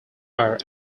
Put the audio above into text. are